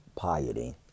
piety